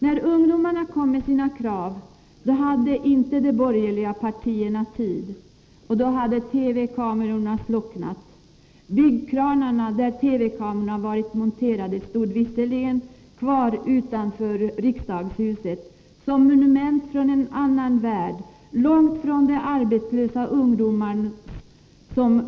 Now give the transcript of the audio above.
När ungdomarna kom för att framföra sina krav, då hade inte de borgerliga partierna tid, och då hade TV-kamerorna slocknat. Byggkranarna där kamerorna varit monterade stod visserligen kvar utanför riksdagshuset som monument från en annan värld, långt från de arbetslösa ungdomarnas.